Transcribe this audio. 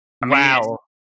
Wow